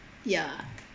ya